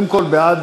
בעד